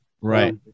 Right